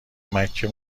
مکه